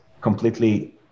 completely